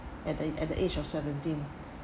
and the at the age of seventeen